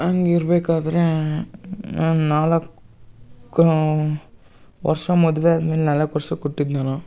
ಹಂಗ್ ಇರಬೇಕಾದ್ರೆ ನಾನು ನಾಲ್ಕು ವರ್ಷ ಮದುವೆ ಆದ್ಮೇಲೆ ನಾಲ್ಕು ವರ್ಷಕ್ಕೆ ಹುಟ್ಟಿದ್ದು ನಾನು